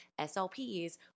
SLPs